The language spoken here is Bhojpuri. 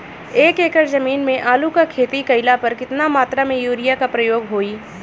एक एकड़ जमीन में आलू क खेती कइला पर कितना मात्रा में यूरिया क प्रयोग होई?